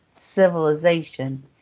civilization